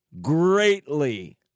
greatly